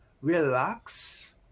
relax